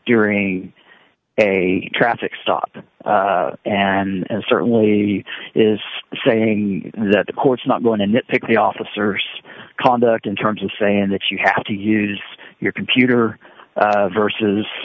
during a traffic stop and certainly is saying that the court's not going to nitpick the officers conduct in terms of saying that you have to use your computer versus